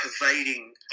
pervading